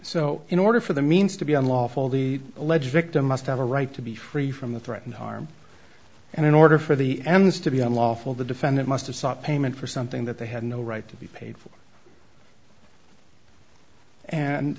so in order for the means to be unlawful the alleged victim must have a right to be free from the threat and harm and in order for the ends to be unlawful the defendant must have sought payment for something that they had no right to be paid for and